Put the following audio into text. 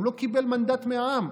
הוא לא קיבל מנדט מהעם.